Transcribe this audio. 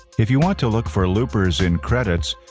if you want to look for loopers in credits,